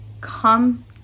come